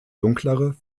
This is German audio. dunklere